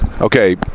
Okay